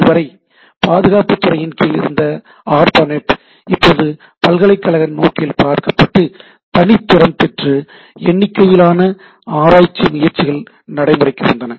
இதுவரை பாதுகாப்புத் துறையின் கீழ் இருந்த ஆர்பா நெட் இப்பொழுது பல்கலைக்கழக நோக்கில் பார்க்கப்பட்டு தனித் திறம் பெற்று எண்ணிக்கையிலான ஆராய்ச்சி முயற்சிகள் நடைமுறைக்கு வந்தன